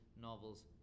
novels